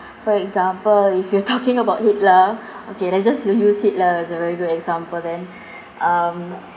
for example if you're talking about hitler okay let's just u~ use it lah as a very good example then um